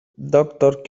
doctor